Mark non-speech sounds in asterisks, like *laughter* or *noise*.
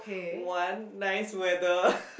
one nice weather *noise*